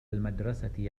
المدرسة